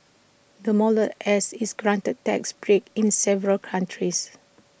the model S is granted tax breaks in several countries